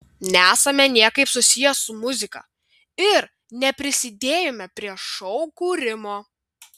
nesame niekaip susiję su muzika ir neprisidėjome prie šou kūrimo